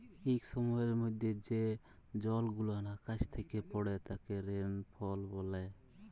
ইক সময়ের মধ্যে যে জলগুলান আকাশ থ্যাকে পড়ে তাকে রেলফল ব্যলে